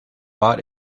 bought